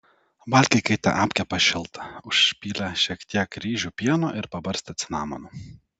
valgykite apkepą šiltą užpylę šiek tiek ryžių pieno ir pabarstę cinamonu